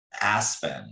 Aspen